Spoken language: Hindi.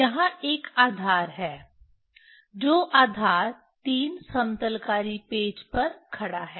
यहां एक आधार है जो आधार 3 समतलकारी पेच पर खड़ा है